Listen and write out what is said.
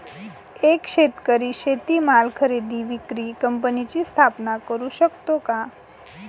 एक शेतकरी शेतीमाल खरेदी विक्री कंपनीची स्थापना करु शकतो का?